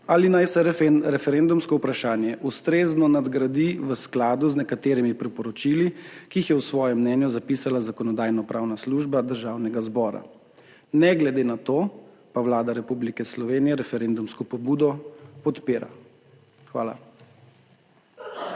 ali naj se referendumsko vprašanje ustrezno nadgradi v skladu z nekaterimi priporočili, ki jih je v svojem mnenju zapisala Zakonodajno-pravna služba Državnega zbora, ne glede na to, pa Vlada Republike Slovenije referendumsko pobudo podpira. Hvala.